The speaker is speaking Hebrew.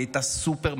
היא הייתה סופר-ממלכתית.